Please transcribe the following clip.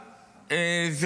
ונעם,